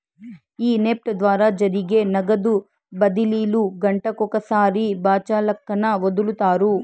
ఈ నెఫ్ట్ ద్వారా జరిగే నగదు బదిలీలు గంటకొకసారి బాచల్లక్కన ఒదులుతారు